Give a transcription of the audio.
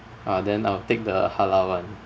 uh then I'll take the halal one